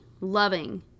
loving